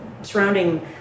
surrounding